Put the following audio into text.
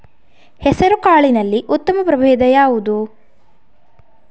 ಹೆಸರುಕಾಳಿನಲ್ಲಿ ಉತ್ತಮ ಪ್ರಭೇಧ ಯಾವುದು?